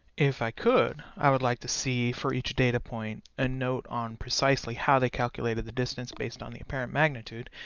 if i could, i would like to see, see, for each data point, a note on precisely how they calculated the distance based on the apparent magnitude,